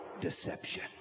deception